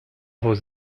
vos